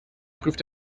prüft